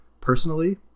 personally